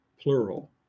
plural